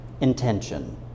intention